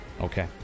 Okay